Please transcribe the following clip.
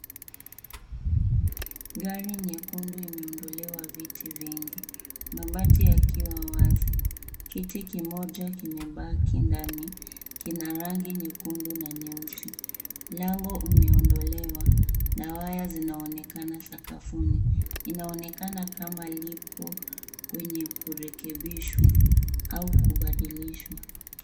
Gari nyekundu imeondolowa viti vingi mabati yakiwa wazi. Kiti kimoja kimebaki ndani. Kina rangi nyekundu na nyeusi. Mlango umeondolewa na waya zinaonekana sakafuni. Inaonekana kama lipo kwenye kurekebishwa au kubadilishwa.